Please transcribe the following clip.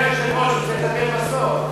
אדוני היושב-ראש, הוא צריך לדבר בסוף.